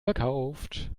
verkauft